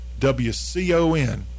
WCON